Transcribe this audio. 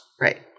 Right